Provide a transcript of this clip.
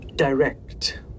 Direct